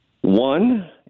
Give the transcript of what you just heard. one